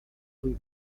rue